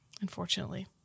Unfortunately